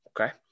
Okay